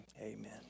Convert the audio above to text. amen